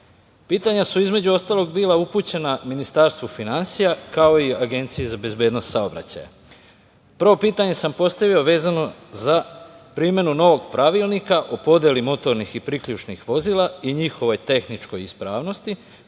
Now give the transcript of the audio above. su između ostalog bila upućena Ministarstvu finansija, kao i Agenciji za bezbednost saobraćaja. Prvo pitanje sam postavio vezano za primenu novog Pravilnika o podeli motornih i priključnih vozila i njihovoj tehničkoj ispravnosti,